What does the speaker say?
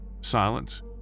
Silence